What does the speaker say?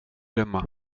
gömma